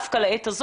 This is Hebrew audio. אנחנו